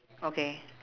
okay